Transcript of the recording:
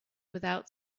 without